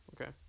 Okay